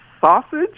Sausage